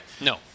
No